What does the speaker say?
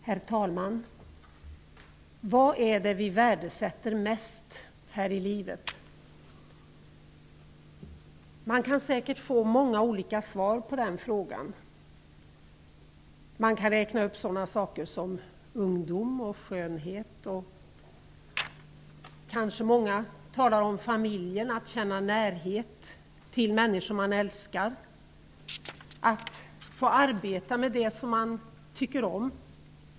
Herr talman! Vad är det vi värdesätter mest här i livet? Det går säkert att få många olika svar på den frågan. Man kan räkna upp sådana saker som ungdom och skönhet. Kanske många talar om familjen, att känna närhet till människor man älskar eller att få arbeta med det som man tycker om.